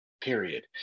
period